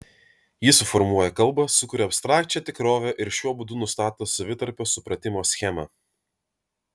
ji suformuoja kalbą sukuria abstrakčią tikrovę ir šiuo būdu nustato savitarpio supratimo schemą